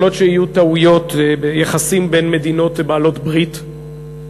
יכולות להיות טעויות ביחסים בין מדינות בעלות ברית.